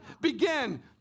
begin